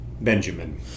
Benjamin